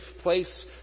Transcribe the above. place